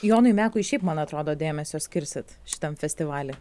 jonui mekui šiaip man atrodo dėmesio skirsit šitam festivaly